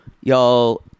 y'all